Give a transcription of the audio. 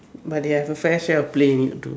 but they have a fresh air to play it though